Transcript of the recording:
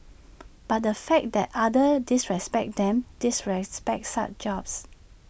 but the fact that others disrespect them disrespect such jobs